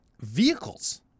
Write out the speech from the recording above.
vehicles